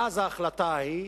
מאז ההחלטה ההיא